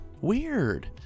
Weird